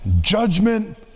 judgment